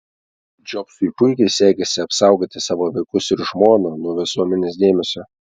džobsui puikiai sekėsi apsaugoti savo vaikus ir žmoną nuo visuomenės dėmesio